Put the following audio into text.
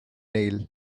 neil